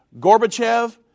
Gorbachev